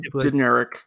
generic